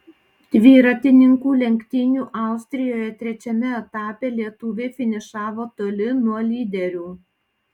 dviratininkų lenktynių austrijoje trečiame etape lietuviai finišavo toli nuo lyderių